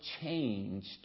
changed